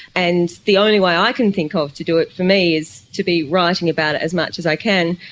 and the only way i can think of to do it for me is to be writing about it as much as i can.